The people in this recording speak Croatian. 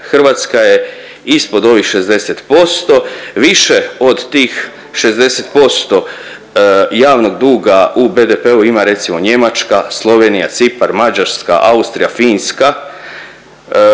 Hrvatska je ispod ovih 60%. Više od tih 60% javnog duga u BDP-u ima recimo Njemačka, Slovenija, Cipar, Mađarska, Austrija, Finska,